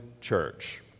church